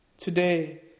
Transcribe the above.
Today